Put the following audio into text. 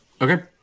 Okay